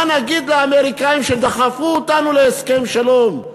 מה נגיד לאמריקנים, שדחפו אותנו להסכם שלום?